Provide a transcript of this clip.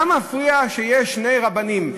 מה מפריע שיש שני רבנים?